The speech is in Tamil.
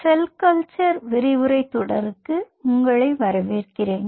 செல் கல்ச்சர் விரிவுரை தொடருக்கு உங்களை வரவேற்கிறேன்